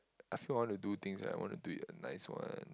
I feel I want to do things that I want to do it a nice one